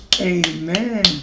Amen